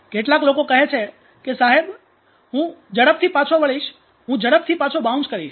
કેટલાક લોકો કહે છે કે સાહેબ હું ઝડપથી પાછો વળીશ હું ઝડપથી પાછો બાઉન્સ કરીશ